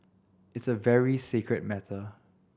it's a very sacred matter